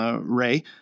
Ray